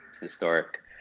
Historic